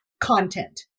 content